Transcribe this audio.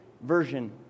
version